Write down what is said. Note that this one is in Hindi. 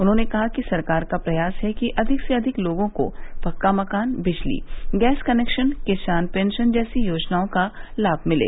उन्होंने कहा कि सरकार का प्रयास है कि अधिक से अधिक लोगों को पक्का मकान बिजली गैस कनेक्शन किसान पेंशन जैसी योजनाओं का लाम मिले